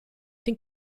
den